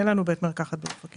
לכן אין לנו בית מרקחת באופקים.